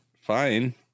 fine